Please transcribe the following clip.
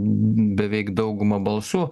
beveik dauguma balsų